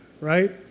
right